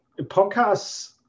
Podcasts